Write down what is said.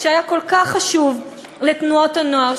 שהיה כל כך חשוב לתנועות הנוער,